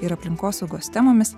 ir aplinkosaugos temomis